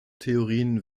theorien